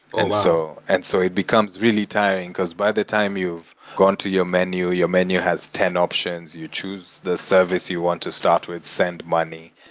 and so and so it becomes really tiring, because by the time you've gone to your menu, your menu has ten options, you choose the service you want to start with, send money.